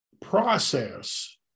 process